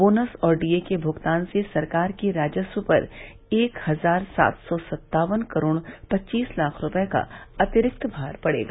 bonus और DA के भुगतान से सरकार के राजस्व पर एक हजार सात सौ सत्तावन करोड़ पच्चीस लाख रूपये का अतिरिक्त भार पड़ेगा